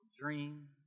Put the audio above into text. dream